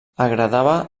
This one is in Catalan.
agradava